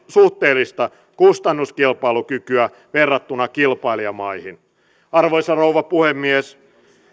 suhteellista kustannuskilpailukykyä verrattuna kilpailijamaihin arvoisa rouva puhemies